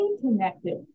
connected